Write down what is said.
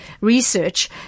research